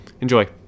Enjoy